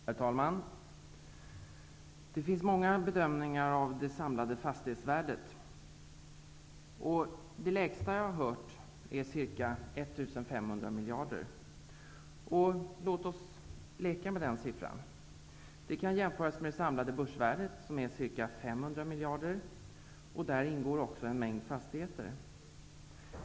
Herr talman! Det finns många bedömningar av det samlade fastighetsvärdet. Det lägsta som jag har hört är ca 1 500 miljarder. Låt oss leka med den siffran. Den kan jämföras med det samlade börsvärdet som är ca 500 miljarder. Däri ingår också en mängd fastigheter.